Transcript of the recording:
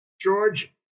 George